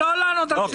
לא לענות על שאלות.